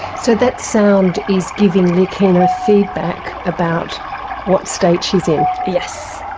so that sound is giving leahkhana feedback about what state she's in. yes.